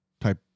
type